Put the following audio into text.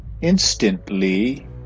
instantly